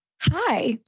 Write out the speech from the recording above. Hi